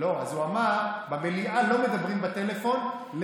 מדברת בטלפון.